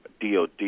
DOD